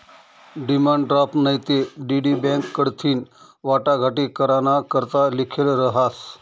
demand draft नैते DD bank कडथीन वाटाघाटी कराना करता लिखेल रहास